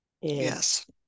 Yes